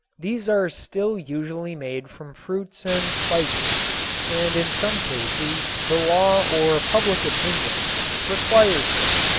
these are still usually made from fruits and spices and in some cases the law or public opinion requires this,